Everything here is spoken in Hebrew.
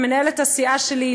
מנהלת הסיעה שלי,